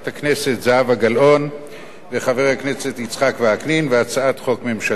הכנסת זהבה גלאון וחבר הכנסת יצחק וקנין והצעת חוק ממשלתית.